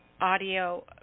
audio